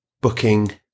booking